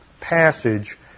passage